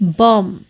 bomb